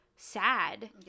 sad